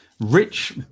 Rich